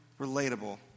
relatable